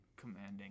commanding